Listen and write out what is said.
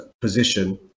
position